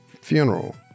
funeral